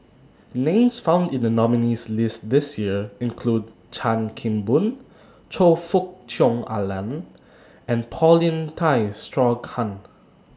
Names found in The nominees' list This Year include Chan Kim Boon Choe Fook Cheong Alan and Paulin Tay Straughan